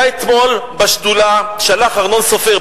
היה אתמול בשדולה פרופסור ארנון סופר,